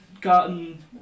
Gotten